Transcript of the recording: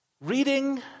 Reading